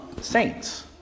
saints